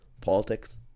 politics